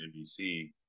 NBC